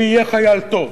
הוא יהיה חייל טוב,